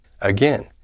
Again